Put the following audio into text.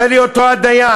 אומר לי אותו הדיין: